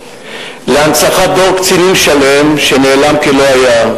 להנצחת דור קצינים שלם שנעלם כלא היה.